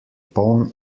poln